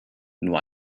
nur